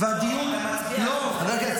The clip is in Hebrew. והדיון -- אבל אתה מצביע על התוצאה.